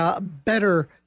better